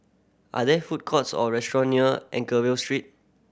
are there food courts or restaurant near Anchorvale Street